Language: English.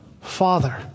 Father